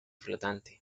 flotante